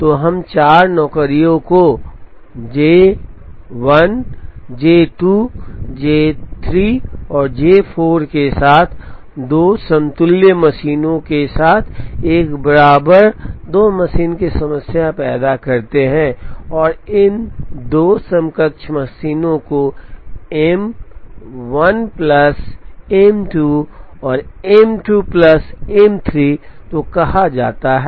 तो हम 4 नौकरियों J 1 J 2 J 3 और J 4 के साथ 2 समतुल्य मशीनों के साथ एक बराबर 2 मशीन की समस्या पैदा करते हैं और इन दो समकक्ष मशीनों को M 1 plus M 2 और M 2 plus M 3 तो कहा जाता है